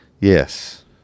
yes